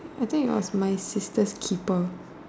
I think it was my sister's keeper